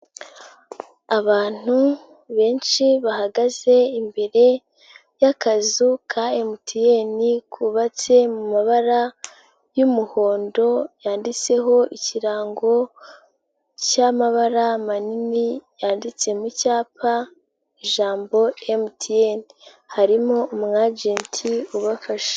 Abantu benshi bahagaze imbere y'akazu ka MTN, kubabatse mu mabara y'umuhondo, yanditseho ikirango cy'amabara manini yanditse mu cyapa, ijambo MTN. Harimo umu agenti ubafasha.